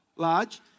large